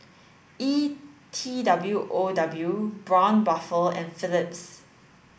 E T W O W Braun Buffel and Phillips